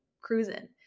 cruising